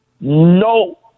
No